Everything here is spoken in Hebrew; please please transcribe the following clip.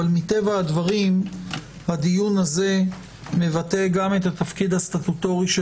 אבל מטבע הדברים הדיון הזה מבטא גם את התפקיד הסטטוטורי של